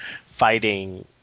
fighting